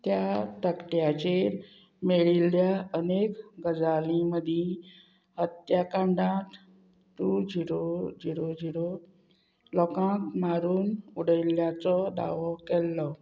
त्या तकट्याचेर मेळिल्ल्या अनेक गजाली मदीं हत्याकांडांत टू झिरो झिरो झिरो लोकांक मारून उडयल्ल्याचो दावो केल्लो